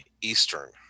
Eastern